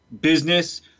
business